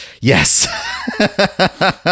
Yes